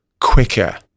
quicker